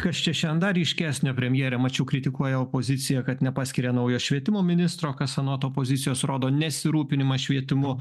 kas čia šiandien dar ryškesnio premjerė mačiau kritikuoja opoziciją kad nepaskiria naujo švietimo ministro kas anot opozicijos rodo nesirūpinimą švietimu